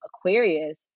Aquarius